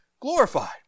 glorified